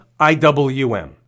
IWM